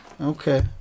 Okay